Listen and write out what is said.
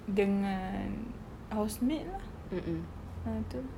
dengan house mate lah ah itu lah